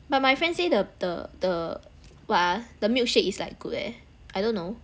but my friend say the the the what ah the milkshake is like good eh I don't know